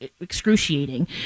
excruciating